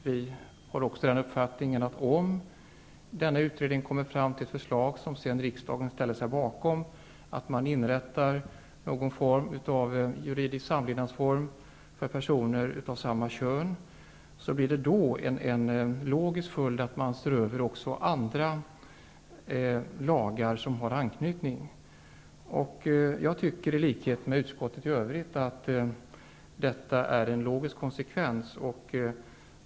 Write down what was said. Vi har också uppfattningen att om denna utredning kommer fram till ett förslag som riksdagen sedan ställer sig bakom, dvs. att man inrättar någon form av juridisk samlevnadsform för personer av samma kön, blir en logisk följd då att man ser över även andra lagar som har anknytning till detta. Jag anser, i likhet med utskottet i övrigt, att detta är en logisk konsekvens.